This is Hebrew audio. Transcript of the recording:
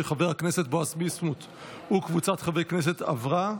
של חבר הכנסת בועז ביסמוט וקבוצת חברי הכנסת עברה,